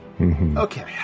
Okay